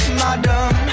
madam